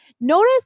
Notice